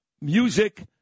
music